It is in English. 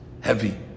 heavy